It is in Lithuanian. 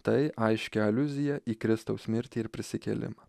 tai aiški aliuzija į kristaus mirtį ir prisikėlimą